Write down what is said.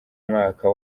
mwaka